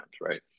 right